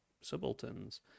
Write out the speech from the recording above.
subalterns